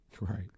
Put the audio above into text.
right